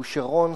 בושרון,